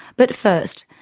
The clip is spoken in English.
but first,